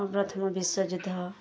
ପ୍ରଥମ ବିଶ୍ୱଯୁଦ୍ଧ